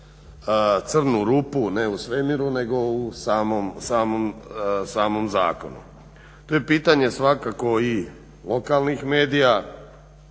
crnu rupu ne u svemiru nego u samom zakonu. To je pitanje svakako i lokalnih medija